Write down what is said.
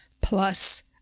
plus